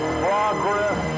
progress